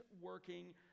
working